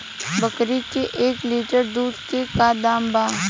बकरी के एक लीटर दूध के का दाम बा?